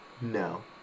No